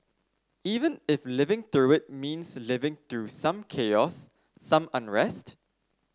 even if living through it means living through some chaos some unrest